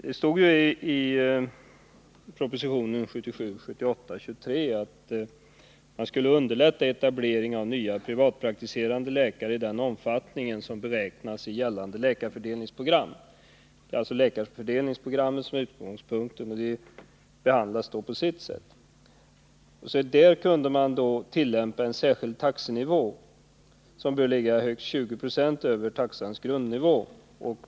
Det stod i propositionen 1977/78:23 att man skulle underlätta etableringen av nya privatpraktiserande läkare i den omfattning som beräknas i gällande läkarfördelningsprogram. Det är alltså läkarfördelningsprogrammet som är utgångspunkten, och det behandlas på sitt sätt. Enligt programmet kunde man tillämpa en särskild taxenivå som borde ligga högst 20 76 över taxans grundnivå.